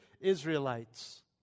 Israelites